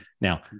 Now